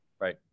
Right